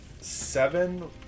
seven